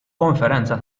konferenza